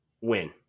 win